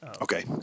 okay